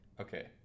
Okay